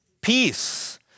peace